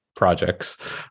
projects